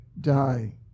die